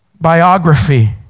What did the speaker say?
biography